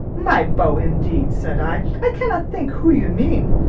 my beau, indeed! said i i cannot think who you mean.